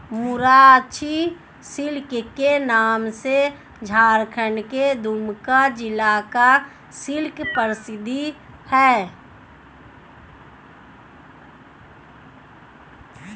Mayurakshi silk के नाम से झारखण्ड के दुमका जिला का सिल्क प्रसिद्ध है